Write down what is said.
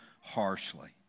harshly